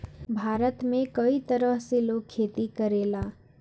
भारत में कई तरह से लोग खेती करेला